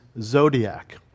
Zodiac